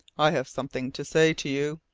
i have something to say to you.